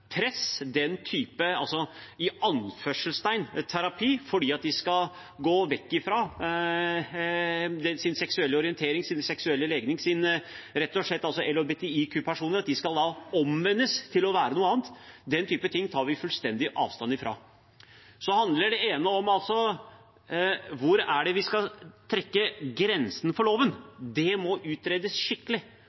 press, den type «terapi» for at de skal gå vekk fra sin seksuelle orientering, sin seksuelle legning, og at LHBTIQ-personer skal omvendes til å være noe annet. Den type ting tar vi fullstendig avstand fra, og det har jeg sagt en rekke ganger. Så handler det ene altså om: Hvor er det vi skal trekke grensen for loven? Det må utredes skikkelig,